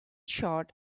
short